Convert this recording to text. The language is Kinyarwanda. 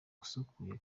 usukuye